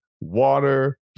water